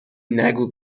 نگو